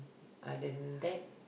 other that